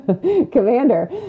commander